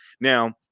Now